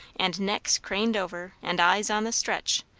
and necks craned over, and eyes on the stretch,